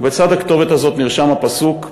בצד הכתובת הזאת נרשם הפסוק: